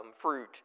fruit